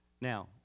Now